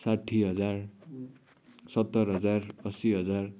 साठी हजार सत्तर हजार अस्सी हजार